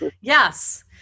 yes